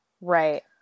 right